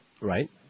Right